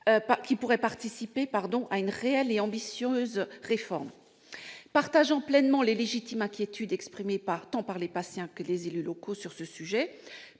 qui pourraient figurer dans une réelle et ambitieuse réforme ! Partageant pleinement les légitimes inquiétudes exprimées tant par les patients que par les élus locaux sur ce sujet,